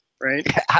right